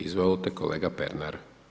Izvolite kolega Pernar.